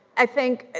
i think, ah